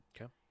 Okay